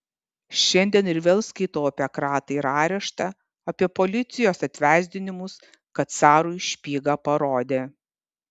šiandien ir vėl skaitau apie kratą ir areštą apie policijos atvesdinimus kad carui špygą parodė